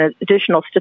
additional